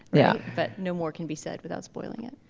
yeah but no more can be said without spoiling it.